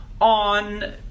on